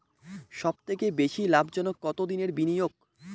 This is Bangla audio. সবথেকে বেশি লাভজনক কতদিনের বিনিয়োগ?